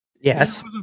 Yes